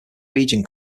region